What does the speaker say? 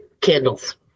candles